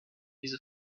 diese